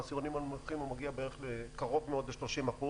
בעשירונים הנמוכים הוא מגיע קרוב מאוד ל-30%.